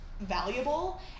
valuable